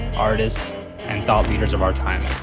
artists and thought leaders of our time.